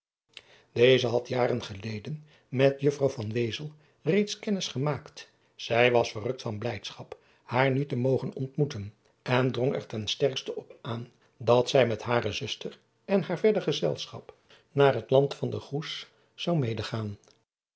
eze had jaren geleden met ejuffrouw reeds kennis gemaakt zij was verrukt van blijdschap haar nu te mogen ontmoeten en drong er ten sterkste op aan dat zij met hare zuster en haar verder gezelschap naar het land van ter oes zou medegaan